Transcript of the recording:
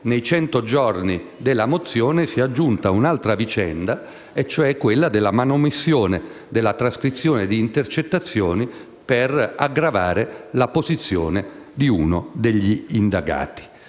presentazione della mozione, si è aggiunta un'altra vicenda, cioè quella della manomissione della trascrizione di intercettazioni per aggravare la posizione di uno degli indagati.